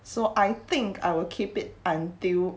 so I think I will keep it until